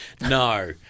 No